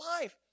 life